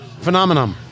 Phenomenon